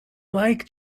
like